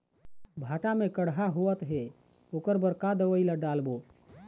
भांटा मे कड़हा होअत हे ओकर बर का दवई ला डालबो?